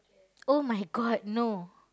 !oh-my-God! no